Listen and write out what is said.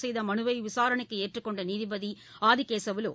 செய்தமனுவைவிசாரணைக்குஏற்றுக் கொண்டநீதிபதிஆதிகேசவலு